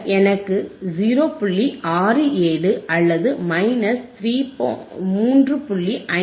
67 அல்லது 3